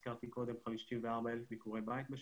הזכרתי קודם 54,000 ביקורי בית בשנה.